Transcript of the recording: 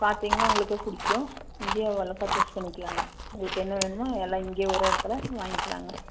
பார்த்தீங்கனா உங்களுக்கே பிடிக்கும் இங்கேயே ஓரளவுக்கு பர்சேஸ் பண்ணிக்கலாங்க உங்களுக்கு என்ன வேணுமோ எல்லாம் இங்கே ஒரே இடத்துல வாங்கிக்கலாங்க